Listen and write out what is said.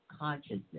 Consciousness